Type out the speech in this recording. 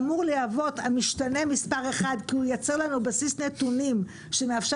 שאמור להוות המשתנה מספר 1 כי הוא ייצר לנו בסיס נתונים שמאפשר